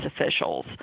officials